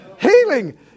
healing